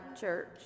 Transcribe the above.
Church